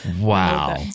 Wow